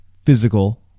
physical